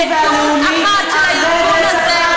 לתת עדות אחת של הארגון הזה,